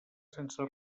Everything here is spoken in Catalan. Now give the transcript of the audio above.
sense